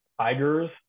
tigers